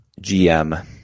GM